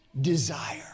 Desire